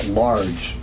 large